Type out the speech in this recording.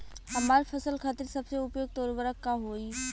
हमार फसल खातिर सबसे उपयुक्त उर्वरक का होई?